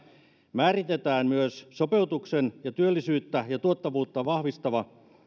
määritetään myös sopeutuksen ja työllisyyttä ja tuottavuutta vahvistavan